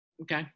Okay